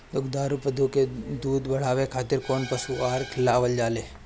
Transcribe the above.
दुग्धारू पशु के दुध बढ़ावे खातिर कौन पशु आहार खिलावल जाले?